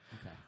Okay